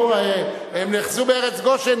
הם נאחזו בארץ גושן.